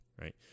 right